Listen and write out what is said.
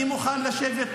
אני מוכן לשבת,